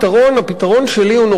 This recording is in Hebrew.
הפתרון שלי הוא נורא פשוט.